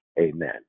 Amen